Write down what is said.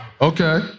Okay